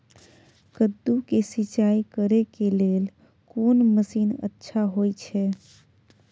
कद्दू के सिंचाई करे के लेल कोन मसीन अच्छा होय छै?